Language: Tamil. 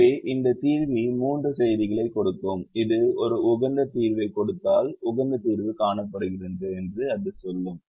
எனவே இந்த தீர்வி மூன்று செய்திகளைக் கொடுக்கும் இது ஒரு உகந்த தீர்வைக் கொடுத்தால் உகந்த தீர்வு காணப்படுகிறது என்று அது சொல்லும்